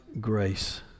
grace